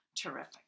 Terrific